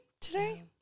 today